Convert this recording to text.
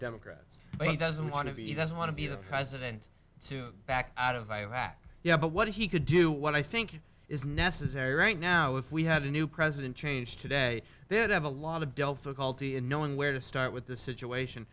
democrats but he doesn't want to be doesn't want to be the president to back out of iraq yeah but what he could do what i think is necessary right now if we had a new president change today then have a lot of delphic altie in knowing where to start with the situation